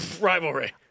Rivalry